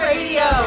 Radio